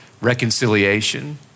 reconciliation